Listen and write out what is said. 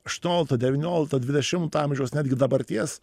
aštuoniolikto devyniolikto dvidešimto amžiaus netgi dabarties